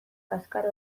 kaskar